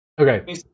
okay